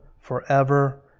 forever